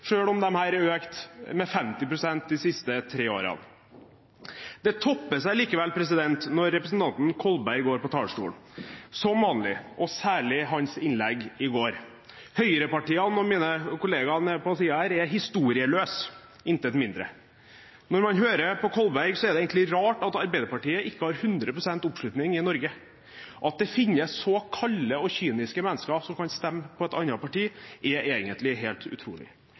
om det har økt med 50 pst. de siste tre årene. Det topper seg likevel når representanten Kolberg går på talerstolen – som vanlig – og særlig med hans innlegg i går. Høyrepartiene og mine kolleger på siden her er historieløse, intet mindre. Når man hører på representanten Kolberg, er det egentlig rart at Arbeiderpartiet ikke har 100 pst. oppslutning i Norge. At det finnes så kalde og kyniske mennesker som kan stemme på et annet parti, er egentlig helt utrolig.